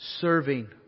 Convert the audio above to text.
serving